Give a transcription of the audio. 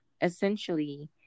essentially